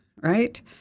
right